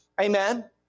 amen